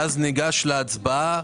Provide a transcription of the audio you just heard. ואז ניגש להצבעה.